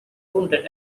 wounded